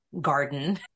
garden